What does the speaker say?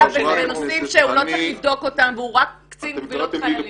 שאלו נושאים שהוא לא צריך לבדוק והוא רק נציב קבילות חיילים.